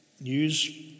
news